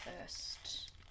First